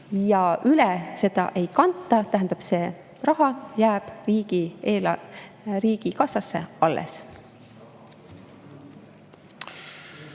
Üle seda ei kanta, tähendab, see raha jääb riigikassasse alles.